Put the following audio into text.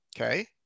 okay